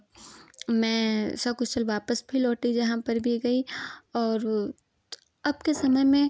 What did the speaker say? मैं सकुशल वापस भी लौटी जहाँ पर भी गई और अब के समय में